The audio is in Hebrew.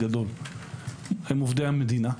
הם עובדי מדינה.